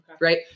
right